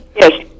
Yes